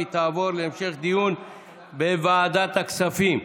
והיא תעבור להמשך דיון בוועדת הכספים.